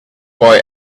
boy